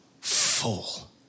full